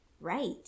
right